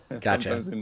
Gotcha